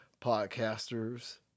podcasters